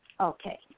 Okay